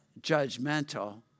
judgmental